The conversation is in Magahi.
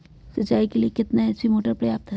सिंचाई के लिए कितना एच.पी मोटर पर्याप्त है?